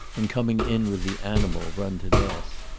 and coming in with the animal run to death.